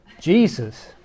Jesus